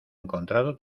encontrado